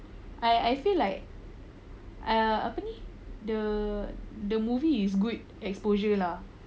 uh I feel like uh apa ni the movie is good exposure lah